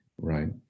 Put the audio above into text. right